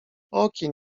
okien